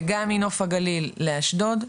וגם מנוף הגליל לאשדוד,